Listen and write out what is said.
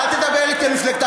אתה בא לכאן עם אידיאולוגיה?